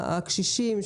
הקשישים,